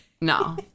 No